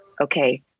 okay